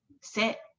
sit